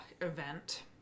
event